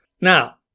Now